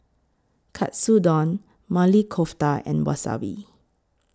Katsudon Maili Kofta and Wasabi